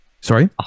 sorry